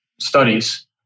studies